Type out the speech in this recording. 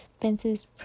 fences